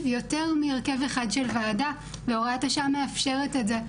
יותר מהרכב אחד של ועדה והוראת השעה מאפשרת את זה,